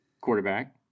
quarterback